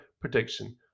prediction